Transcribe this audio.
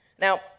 Now